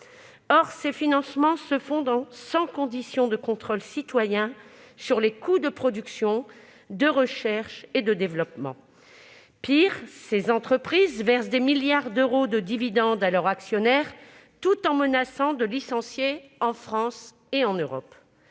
Or ces financements se font sans condition de contrôle citoyen sur les coûts de production de recherche et de développement. Pis, ces entreprises versent des milliards d'euros de dividendes à leurs actionnaires tout en menaçant de licencier en France et en Europe.